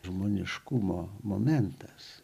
žmoniškumo momentas